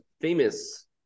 famous